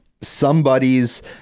somebody's